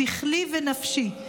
שכלי ונפשי,